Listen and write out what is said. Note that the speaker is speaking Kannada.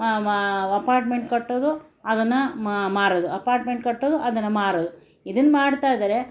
ಅಪಾರ್ಟ್ಮೆಂಟ್ ಕಟ್ಟೋದು ಅದನ್ನು ಮಾರೋದು ಅಪಾರ್ಟ್ಮೆಂಟ್ ಕಟ್ಟೋದು ಅದನ್ನು ಮಾರೋದು ಇದನ್ನು ಮಾಡ್ತಾ ಇದ್ದಾರೆ